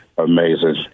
amazing